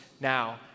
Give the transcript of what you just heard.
now